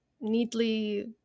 Neatly